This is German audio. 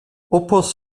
opus